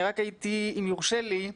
אם יורשה לי,